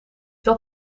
dat